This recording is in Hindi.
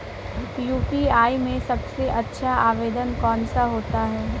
यू.पी.आई में सबसे अच्छा आवेदन कौन सा होता है?